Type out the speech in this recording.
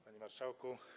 Panie Marszałku!